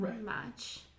match